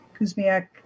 Kuzmiak